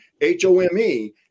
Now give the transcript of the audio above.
H-O-M-E